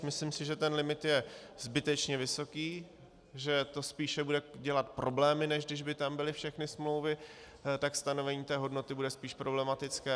Myslím si, že ten limit je zbytečně vysoký, že to spíše bude dělat problémy, než kdyby tam byly všechny smlouvy, že stanovení té hodnoty bude spíš problematické.